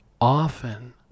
often